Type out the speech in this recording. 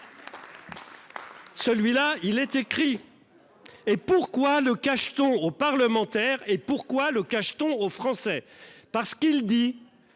Celui-là il est écrit. Et pourquoi le cacheton aux parlementaires et pourquoi le cacheton aux Français parce qu'il dit